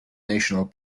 national